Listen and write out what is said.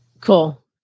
Cool